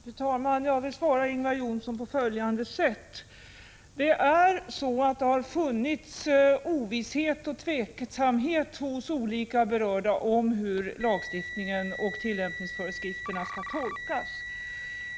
Fru talman! Låt mig svara Ingvar Johnsson på följande sätt: Det har funnits ovisshet och tveksamhet hos olika berörda om hur lagstiftningen och tillämpningsföreskrifterna skall tolkas.